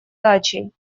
дачей